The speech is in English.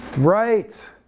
right,